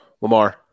Lamar